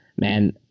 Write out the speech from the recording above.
man